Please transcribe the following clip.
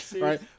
right